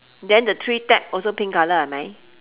then the three tap also pink colour hai mai